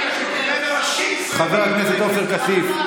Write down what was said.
חבר הכנסת עופר כסיף,